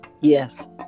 yes